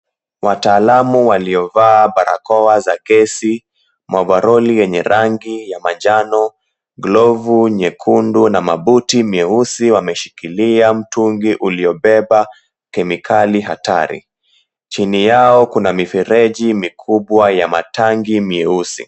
Wataalamu waliovaa barakoa za kesi, maovaroli yenye rangi ya manjano, glovu nyekundu na mabuti meusi wameshikilia mtungi uliobeba kemikali hatari. Chini yao kuna mifereji mikubwa ya matangi meusi.